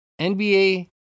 NBA